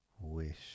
wish